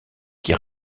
qui